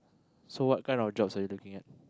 so what kind of jobs are you looking at